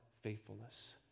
faithfulness